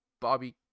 Bobby